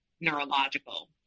neurological